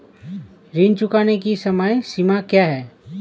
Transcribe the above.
ऋण चुकाने की समय सीमा क्या है?